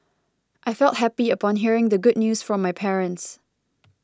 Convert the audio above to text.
I felt happy upon hearing the good news from my parents